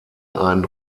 einen